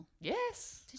Yes